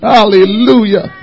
Hallelujah